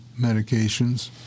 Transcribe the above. medications